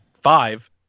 five